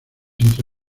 entre